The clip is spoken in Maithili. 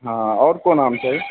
हँ आओर कोन आम चाही